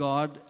God